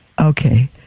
Okay